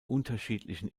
unterschiedlichen